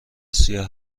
سیاه